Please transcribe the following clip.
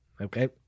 Okay